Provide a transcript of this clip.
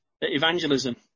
evangelism